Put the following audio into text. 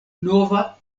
nova